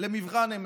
למבחן אמת.